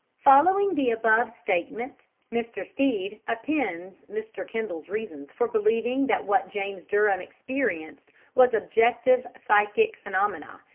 following the above statement mr. stead appends mr. kendall's reasons for believing that what james durham experienced was objective psychic phenomena,